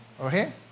Okay